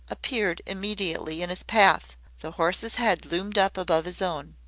appeared immediately in his path the horse's head loomed up above his own.